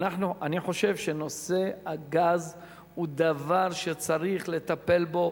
אני חושב שנושא הגז הוא דבר שצריך לטפל בו.